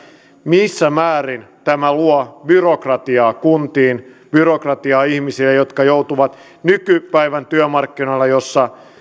missä määrin tämä luo byrokratiaa kuntiin byrokratiaa ihmisille jotka joutuvat nykypäivän työmarkkinoille joissa